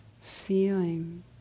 feeling